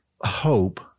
hope